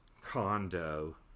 condo